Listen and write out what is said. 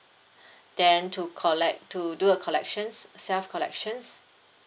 then to collect to do a collection self collection